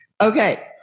Okay